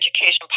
Education